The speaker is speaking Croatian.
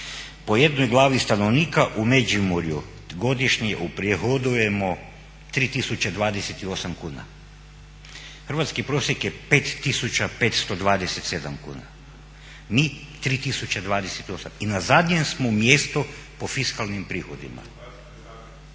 po jednoj glavi stanovnika u Međimurju godišnje uprihodujemo 3028 kuna. Hrvatski prosjek je 5527 kuna, mi 3028 i na zadnjem smo mjestu po fiskalnim prihodima.